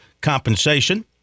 compensation